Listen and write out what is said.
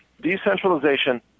decentralization